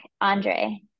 Andre